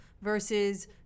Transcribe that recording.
versus